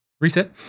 Reset